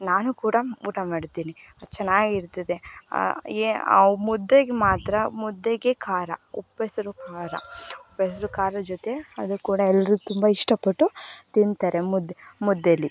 ನಾನು ಕೂಡ ಊಟ ಮಾಡ್ತಿನಿ ಚೆನ್ನಾಗಿರ್ತದೆ ಏ ಅವು ಮುದ್ದೆಗೆ ಮಾತ್ರ ಮುದ್ದೆಗೆ ಖಾರ ಉಪ್ಪೆಸರು ಖಾರ ಉಪ್ಪೆಸರು ಖಾರದ್ ಜೊತೆ ಅದು ಕೂಡ ಎಲ್ಲರೂ ತುಂಬ ಇಷ್ಟಪಟ್ಟು ತಿಂತಾರೆ ಮುದ್ದೆ ಮುದ್ದೇಲಿ